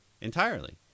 entirely